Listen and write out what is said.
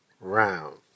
round